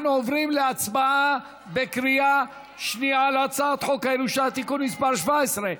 אנחנו עוברים להצבעה בקריאה שנייה על הצעת חוק הירושה (תיקון מס' 17),